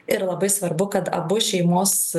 ir labai svarbu kad abu šeimos